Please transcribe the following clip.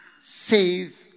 save